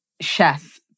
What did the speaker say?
chef